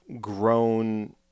grown